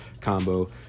combo